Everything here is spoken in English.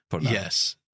Yes